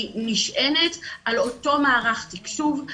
היא נשענת על אותו מערך תקשוב,